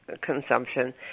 consumption